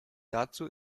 dazu